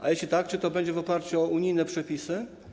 A jeśli tak, czy to będzie w oparciu o unijne przepisy?